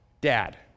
Dad